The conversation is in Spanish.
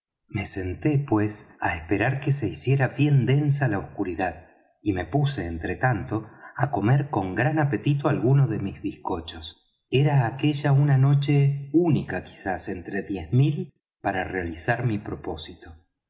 me senté pues á esperar que se hiciera bien densa la oscuridad y me puse entretanto á comer con gran apetito algunos de mis bizcochos era aquella una noche única quizás entre diez mil para realizar mi propósito